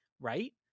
right